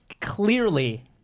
clearly